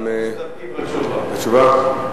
אנחנו מסתפקים בתשובה.